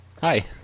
hi